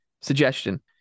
suggestion